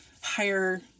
higher